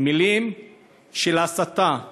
מילים של הסתה,